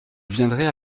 viendrez